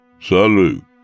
Salute